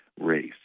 race